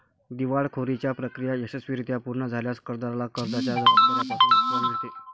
दिवाळखोरीची प्रक्रिया यशस्वीरित्या पूर्ण झाल्यास कर्जदाराला कर्जाच्या जबाबदार्या पासून मुक्तता मिळते